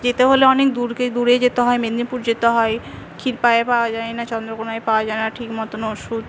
যেতে হলে অনেক দূরে যেতে হয় মেদিনীপুর যেতে হয় খিরপায়ে পাওয়া যায় না চন্দ্রকোনাই পাওয়া যায় না ঠিক মতন ওষুধ